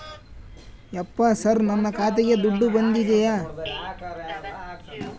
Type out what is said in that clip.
ಯಪ್ಪ ಸರ್ ನನ್ನ ಖಾತೆಗೆ ದುಡ್ಡು ಬಂದಿದೆಯ?